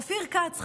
אופיר כץ,